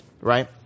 Right